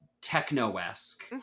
techno-esque